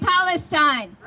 Palestine